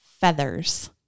feathers